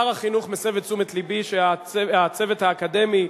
שר החינוך מסב את תשומת לבי שהצוות האקדמי,